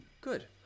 Good